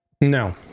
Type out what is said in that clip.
No